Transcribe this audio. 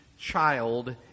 child